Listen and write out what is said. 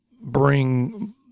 bring